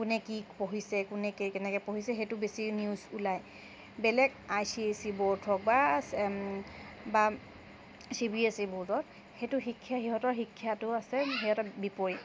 কোনে কি পঢ়িছে কোনে কেনেকৈ পঢ়িছে সেইটো বেছি নিউজ ওলায় বেলেগ I C S E board হওক বা বা চি বি এছ চি বৰ্ডত সেইটো শিক্ষা সিহঁতৰ শিক্ষাটো আছে সিহঁতৰ বিপৰীত